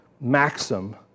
maxim